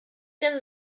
denn